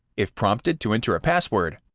if prompted to enter a password,